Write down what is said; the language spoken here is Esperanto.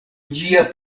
ĝia